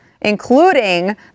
including